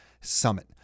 summit